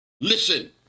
Listen